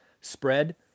spread